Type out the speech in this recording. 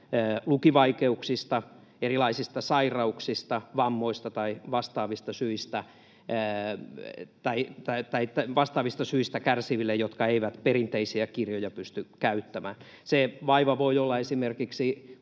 lukivaikeuksista, erilaisista sairauksista, vammoista tai vastaavista syistä kärsiville, jotka eivät perinteisiä kirjoja pysty käyttämään. Se vaiva voi olla esimerkiksi